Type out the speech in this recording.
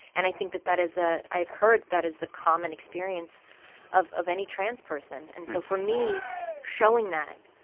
and i think that that is a i've heard that is the common experience of of any trans person. and so for me showing that,